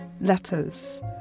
letters